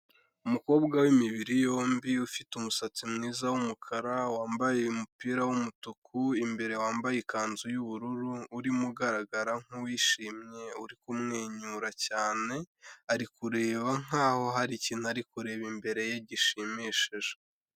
Umukobwa w'imibiri yombi, ufite umusatsi mwiza w'umukara, wambaye umupira w'umutuku, imbere wambaye ikanzu y'ubururu urimo ugaragara nk'uwishimye uri kumwenyura cyane ari kureba nkaho hari ikintu ari kureba imbere ye gishimishije.